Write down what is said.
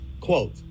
quote